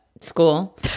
school